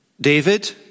David